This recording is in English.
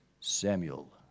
Samuel